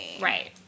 Right